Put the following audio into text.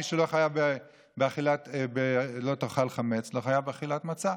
מי שלא חייב בלא תאכל חמץ לא חייב באכילת מצה.